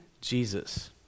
Jesus